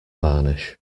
varnish